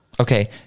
Okay